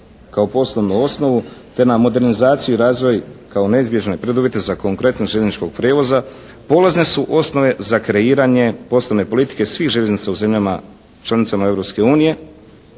kao poslovnu osnovu te na modernizaciju i razvoj kao neizbježan je preduvjet za konkretnu željezničkog prometa, polazne su osnove za kreiranje poslovne politike svih željeznica u zemljama članicama